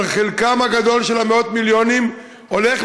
אבל חלקם הגדול של מאות המיליונים הולך